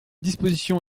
disposition